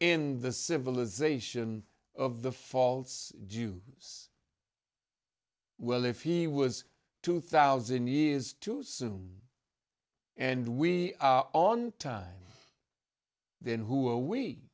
in the civilization of the faults do you will if he was two thousand years too soon and we are on time then who are we